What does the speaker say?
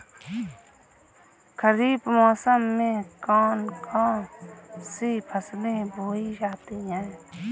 खरीफ मौसम में कौन कौन सी फसलें बोई जाती हैं?